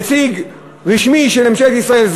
נציג רשמי של ממשלת ישראל,